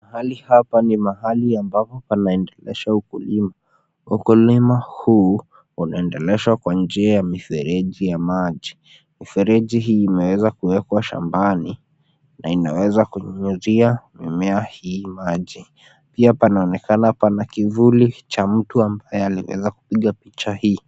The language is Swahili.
Mahali hapa ni mahali ambapo panaendelesha ukulima. Ukulima huu unaendeleshwa kwa njia ya mifereji ya maji. Mirefereji hii, imeweza kuwekwa kwa shambani na inaweza kunyunyuzia mimea hii maji. Pia panaonekana pana kivuli cha mtu aliyepiga picha hii.